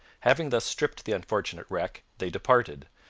having thus stripped the unfortunate wreck, they departed,